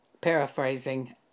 Paraphrasing